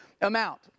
amount